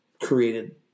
created